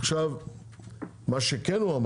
מה שכן,